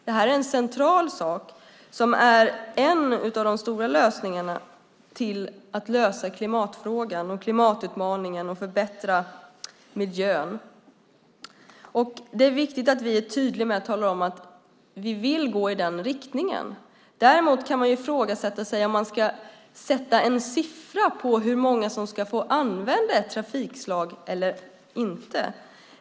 Det här är en central sak som är en av de stora lösningarna när det gäller klimatfrågan och klimatutmaningen och att förbättra miljön. Det är viktigt att vi är tydliga med att tala om att vi vill gå i den riktningen. Däremot kan man fråga sig om man ska sätta en siffra på hur många som ska få använda ett trafikslag eller inte.